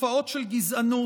תופעות של גזענות,